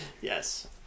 yes